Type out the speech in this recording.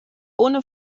ohne